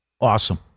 Awesome